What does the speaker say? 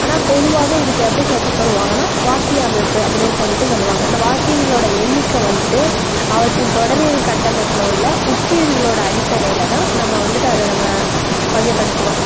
ஆனால் பொதுவாக இதுக்கு எப்படி சேர்த்து சொல்லுவாங்கன்னால் வாக்கிய அமைப்பு அப்படின்னு சொல்லிட்டு சொல்லுவாங்க இந்த வாக்கியங்களோடய எண்ணிக்கை வந்துட்டு அவற்றின் தொடரிய கட்டமைப்பில் உள்ள உட்பிரிவுகளோடய அடிப்படையில்தான் நம்ம வந்துட்டு அதை நம்ம வகைப்படுத்துகிறோம்